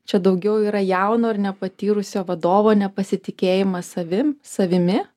čia daugiau yra jauno ir nepatyrusio vadovo nepasitikėjimas savim savimi